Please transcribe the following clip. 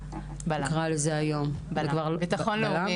נקרא לזה היום --- בל"מ